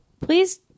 please